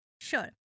Sure